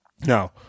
Now